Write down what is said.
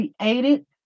created